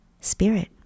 spirit